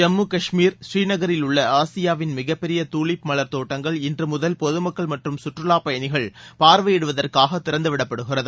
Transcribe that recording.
ஜம்மு கஷ்மீர் ஸ்ரீநகரிலுள்ள ஆசியாவின் மிகப்பெரிய தூலிப் மலர் தோட்டங்கள் இன்று முதல் பொதுமக்கள் மற்றும் சுற்றுலாப் பயணிகள் பார்வையிடுவதற்காக திறந்து விடப்படுகிறது